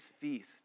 feast